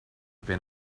been